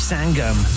Sangam